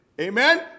Amen